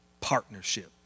partnership